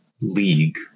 league